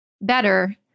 better